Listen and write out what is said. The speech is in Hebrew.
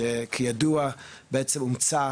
שכידוע, בעצם הומצא